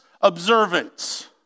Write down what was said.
observance